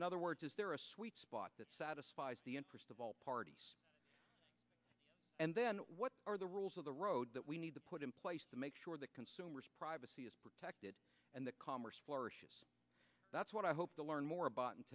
in other words is there a sweet spot that satisfies the interest of all parties and then what are the rules of the road that we need to put in place to make sure that consumers privacy is protected and that commerce flourishes that's what i hope to learn more about